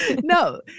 No